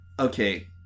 Okay